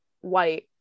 white